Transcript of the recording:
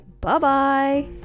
Bye-bye